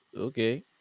Okay